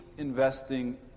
Investing